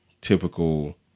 typical